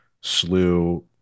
slew